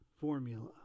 formula